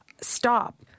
Stop